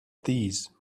these